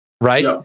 right